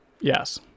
Yes